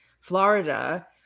Florida